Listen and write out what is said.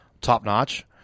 top-notch